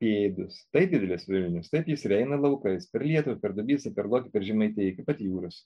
pėdus tai didelis vilnius taip jis ir eina laukais per lietų per dubysą per lauką per žemaitiją iki pat jūros